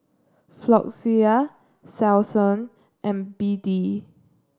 Floxia Selsun and B D